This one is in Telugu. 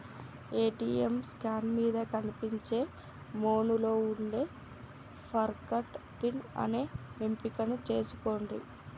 ఏ.టీ.యం స్క్రీన్ మీద కనిపించే మెనూలో వుండే ఫర్గాట్ పిన్ అనే ఎంపికను ఎంచుకొండ్రి